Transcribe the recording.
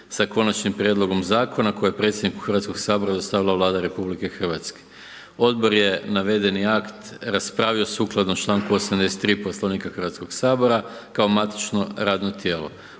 sa konačnim prijedlog zakona koje je predsjedniku Hrvatskog sabora dostavila Vlada RH. Odbor je navedeni akt raspravio sukladno članku 83. Poslovnika Hrvatskog sabora kao matično radno tijelo,